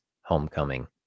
homecoming